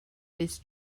this